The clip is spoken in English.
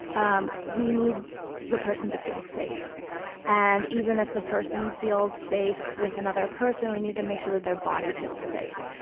um we need the person to feel safe and even if the person feels safe with another person we need to make sure that their body feels safe.